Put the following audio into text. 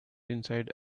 inside